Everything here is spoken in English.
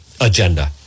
agenda